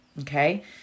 Okay